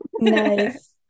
Nice